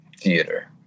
Theater